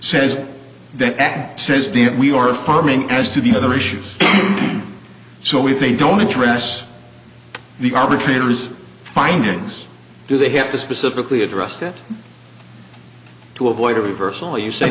says the we are farming as to the other issues so we think don't address the arbitrators findings do they have to specifically addressed it to avoid a reversal you say